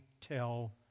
tell